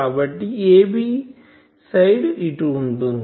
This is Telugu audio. కాబట్టి a b సైడ్ ఇటు వస్తుంది